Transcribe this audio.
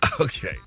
Okay